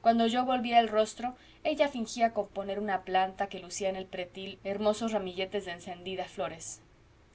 cuando yo volvía el rostro ella fingía componer una planta que lucía en el pretil hermosos ramilletes de encendida flores